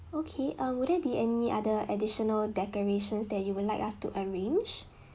okay um will there be any other additional decorations that you would like us to arrange